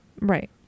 Right